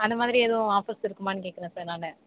அந்த மாதிரி எதுவும் ஆஃபர்ஸ் இருக்குமான்னு கேட்குறேன் சார் நான்